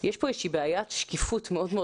יש פה איזושהי בעיית שקיפות מאוד מאוד